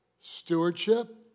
stewardship